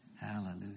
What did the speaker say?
hallelujah